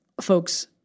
folks